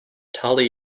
tully